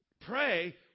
Pray